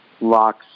locks